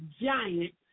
giant